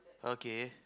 okay